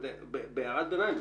בהערת ביניים,